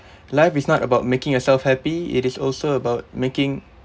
life is not about making yourself happy it is also about making